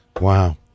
Wow